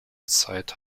zeit